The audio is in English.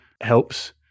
helps